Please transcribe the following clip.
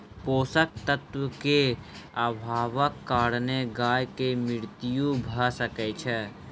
पोषक तत्व के अभावक कारणेँ गाय के मृत्यु भअ सकै छै